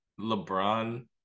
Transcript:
LeBron